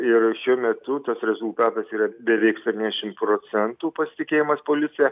ir šiuo metu tas rezultatas yra beveik septyniasdešimts procentų pasitikėjimas policija